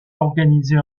organisée